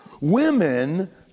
Women